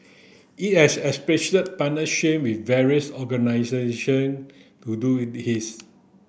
it has established partnership with various organisation to do